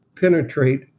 penetrate